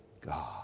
God